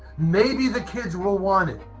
maybe the kids will want it,